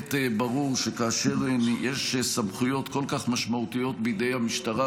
שבהחלט ברור שכאשר יש סמכויות כל כך משמעותיות בידי המשטרה,